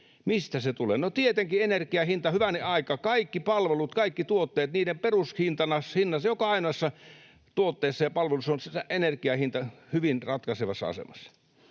Mistä se tulee? No, tietenkin energian hinnasta. Hyvänen aika, kaikki palvelut, kaikki tuotteet tulevat niiden perushintana sinne. Joka ainoassa tuotteessa ja palvelussa se energian hinta on hyvin ratkaisevassa asemassa.